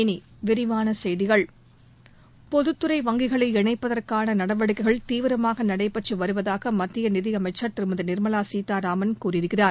இனி விரிவான செய்திகள் பொதுத்துறை வங்கிகளை இணைப்பதற்கான நடவடிக்கைகள் தீவிரமாக நடைபெற்று வருவதாக மத்திய நிதியமைச்சர் திருமதி நிர்மலா சீதாராமன் கூறியிருக்கிறார்